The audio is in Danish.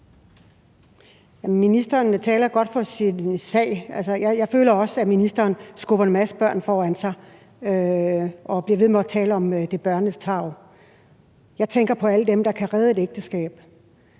Ministeren taler godt for sin sag. Jeg føler også, at ministeren skubber en masse børn foran sig ved at blive ved med at tale om, at det er børnenes tarv. Jeg tænker på alle dem, der kan redde et ægteskab,